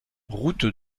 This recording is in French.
route